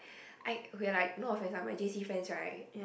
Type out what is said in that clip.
I okay like no offence ah my j_c friends right